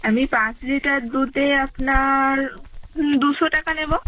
আমি পাঁচ লিটার দুধে আপনার দুশো টাকা নেব